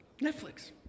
netflix